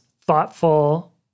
thoughtful